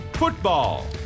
Football